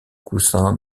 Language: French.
coussins